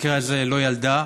במקרה הזה לא ילדה,